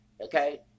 Okay